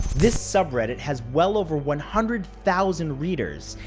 this subreddit has well over one hundred thousand readers,